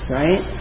right